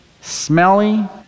smelly